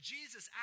Jesus